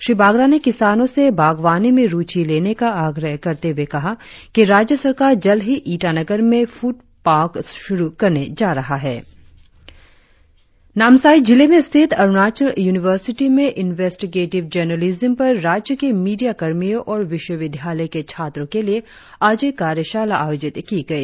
श्री बागरा ने किसानों से बागवानी में रुची लेने का आग्रह करते हुए कहा कि राज्य सरकार जल्द ही ईटानगर में फूड पार्क शुरु करने जा रहा है नामसाई जिले में स्थित अरुणाचल यूनिवर्सिटी में इनवेस्टीगेटिव जर्नालिज्म पर राज्य के मीडिया कर्मियो और विश्वविद्यालय के छात्रों के लिए आज एक कार्यशाला आयोजित की गई